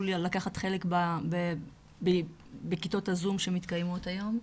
לקחת חלק בכיתות הזום שמתקיימות היום.